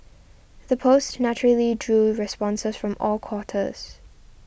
the post naturally drew responses from all quarters